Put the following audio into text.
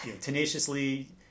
tenaciously